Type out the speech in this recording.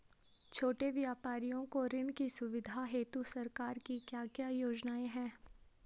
छोटे व्यापारियों को ऋण की सुविधा हेतु सरकार की क्या क्या योजनाएँ हैं?